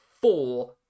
four